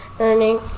learning